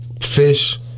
fish